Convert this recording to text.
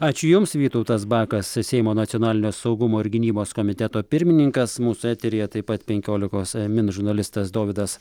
ačiū jums vytautas bakas seimo nacionalinio saugumo ir gynybos komiteto pirmininkas mūsų eteryje taip pat penkiolikos min žurnalistas dovydas